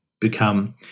become